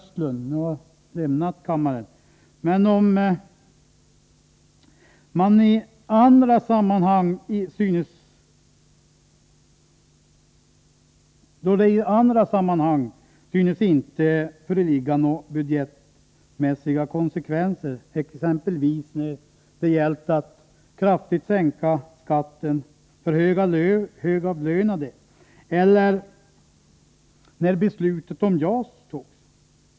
Jag konstaterar att han inte finns i kammaren just nu. Meni andra sammanhang synes inte några budgetmässiga konsekvenser föreligga — t.ex. när det gällt att kraftigt sänka skatten för högavlönade eller när beslutet om JAS fattades.